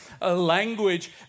language